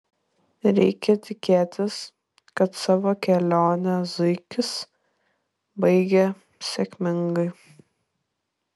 reikia tikėtis kad savo kelionę zuikis baigė sėkmingai